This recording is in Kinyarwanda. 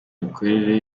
imikorere